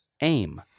aim